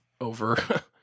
Over